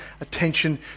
attention